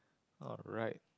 alright